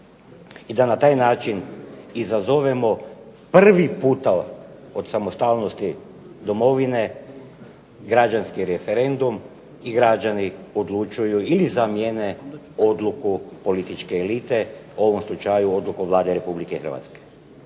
I da na taj način izazovemo prvi puta od samostalnosti domovine građanski referendum i građani odlučuju ili zamijene političku odluku političke elite, u ovom slučaju odluku Vlade Republike Hrvatske.